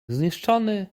zniszczony